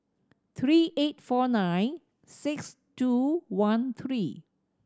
three eight four nine six two one three